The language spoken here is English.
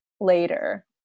later